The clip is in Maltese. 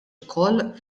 ukoll